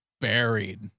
buried